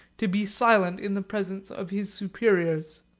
to be silent in the presence of his superiors.